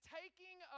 taking